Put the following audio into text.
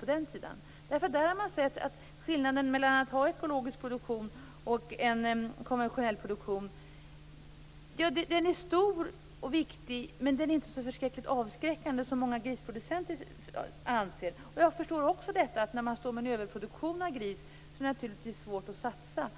På den sidan går det fort. Där har man nämligen sett att skillnaden mellan att ha ekologisk produktion och att ha konventionell produktion är stor och viktig men inte så avskräckande som många grisproducenter anser. Jag förstår också att det när man står med en överproduktion av gris är svårt att satsa.